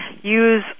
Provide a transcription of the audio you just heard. use